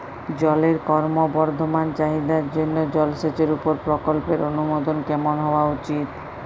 জলের ক্রমবর্ধমান চাহিদার জন্য জলসেচের উপর প্রকল্পের অনুমোদন কেমন হওয়া উচিৎ?